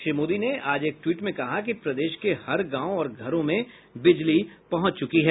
श्री मोदी ने आज एक ट्वीट में कहा कि प्रदेश के हर गांव और घरों में बिजली पहुंच चुकी है